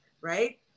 right